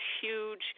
huge